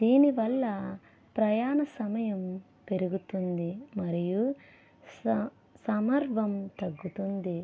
దీని వల్ల ప్రయాణ సమయం పెరుగుతుంది మరియు సమర్వం తగ్గుతుంది